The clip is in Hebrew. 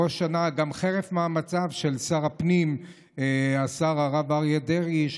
חרף מאמציו של שר הפנים הרב אריה דרעי,